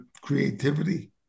creativity